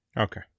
Okay